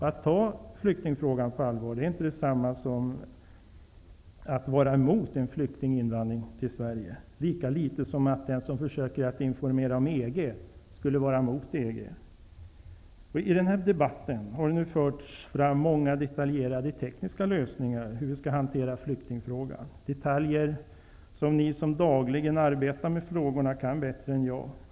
Att ta flyktingfrågan på allvar är inte detsamma som att vara mot en flyktinginvandring till Sverige, lika litet som att den som försöker att informera om EG skulle vara mot EG. I den här debatten har det förts fram detaljerade och tekniska lösningar på hur vi skall hantera flyktingfrågan, detaljer som ni som dagligen arbetar med frågorna kan bättre än jag.